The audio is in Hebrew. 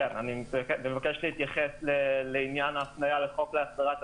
אני מבקש להתייחס לעניין ההפניה לחוק להסדרת הפיקוח.